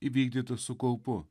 įvykdyta su kaupu